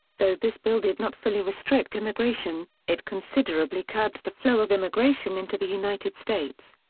though this bill did not fully restrict immigration, it considerably curbed the flow of immigration into the united states.